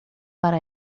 para